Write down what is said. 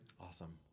Awesome